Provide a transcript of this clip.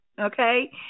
Okay